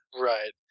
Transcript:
Right